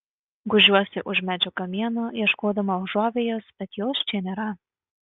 gūžiuosi už medžio kamieno ieškodama užuovėjos bet jos čia nėra